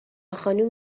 خانوم